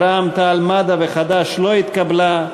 סיעות בל"ד, רע"ם-תע"ל-מד"ע וחד"ש לא התקבלה,